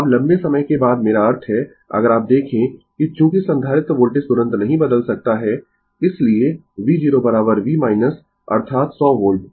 अब लंबे समय के बाद मेरा अर्थ है अगर आप देखें कि चूँकि संधारित्र वोल्टेज तुरंत नहीं बदल सकता है इसलिए v0 v0 अर्थात 100 वोल्ट